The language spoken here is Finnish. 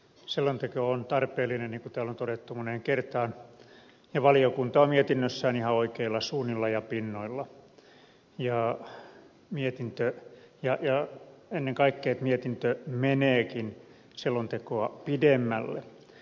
selonteko on tarpeellinen niin kuin täällä on todettu moneen kertaan ja valiokunta on mietinnössään ihan oikeilla suunnilla ja pinnoilla ja mietintö meneekin selontekoa pidemmälle